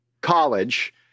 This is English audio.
college